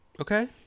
okay